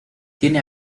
tiene